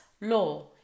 law